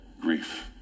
grief